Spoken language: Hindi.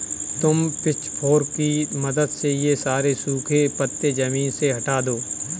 तुम पिचफोर्क की मदद से ये सारे सूखे पत्ते ज़मीन से हटा दो